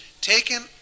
taken